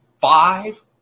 five